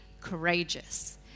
courageous